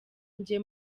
njye